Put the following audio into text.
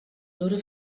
dura